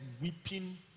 weeping